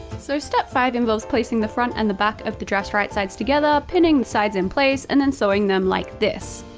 so step five involves placing the front and the back of the dress right sides together, pinning the sides in place, and then sewing them like this.